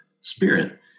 spirit